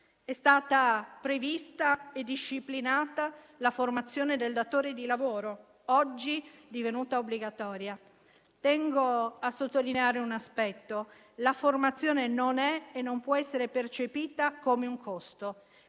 È stata prevista e disciplinata la formazione del datore di lavoro, oggi divenuta obbligatoria. Ci tengo a sottolineare un aspetto. La formazione non è e non può essere percepita come un costo,